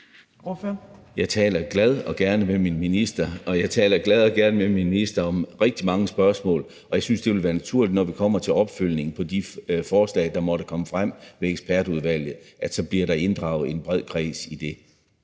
Jeg taler gerne med min minister. Jeg taler glad og gerne med min minister om rigtig mange spørgsmål, og jeg synes, det ville være naturligt, at der, når vi kommer til opfølgningen på de forslag, der måtte komme frem i ekspertudvalget, så bliver inddraget en bred kreds i det.